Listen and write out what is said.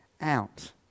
out